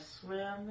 swim